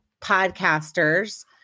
podcasters